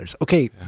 Okay